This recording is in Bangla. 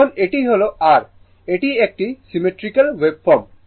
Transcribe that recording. এখন এটি হল r এটি একটি সিমেট্রিক্যাল ওয়েভফর্ম